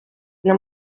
для